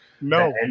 No